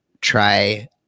try